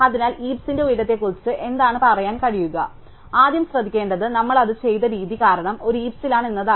അതിനാൽ ഹീപ്സിന്റെ ഉയരത്തെക്കുറിച്ച് എന്താണ് പറയാൻ കഴിയുക അതിനാൽ ആദ്യം ശ്രദ്ധിക്കേണ്ടത് നമ്മൾ അത് ചെയ്ത രീതി കാരണം ഒരു ഹീപ്സിലാണ് എന്നതാണ്